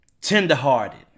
Tender-hearted